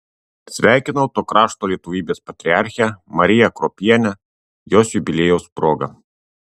sveikinau to krašto lietuvybės patriarchę mariją kruopienę jos jubiliejaus proga